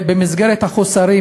במסגרת החוסרים,